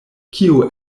kio